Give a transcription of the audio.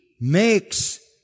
makes